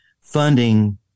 funding